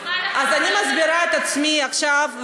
אני מסבירה את עצמי עכשיו,